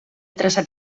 traçat